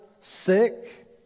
sick